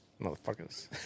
Motherfuckers